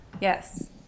Yes